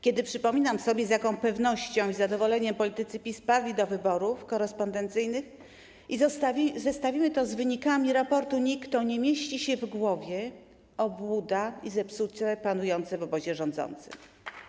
Kiedy przypominam sobie, z jaką pewnością i zadowoleniem politycy PiS parli do wyborów korespondencyjnych, i zestawimy to z wynikami raportu NIK, to nie mieści się w głowie obłuda i zepsucie panujące w obozie rządzącym.